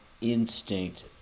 instinct